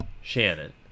shannon